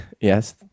Yes